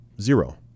zero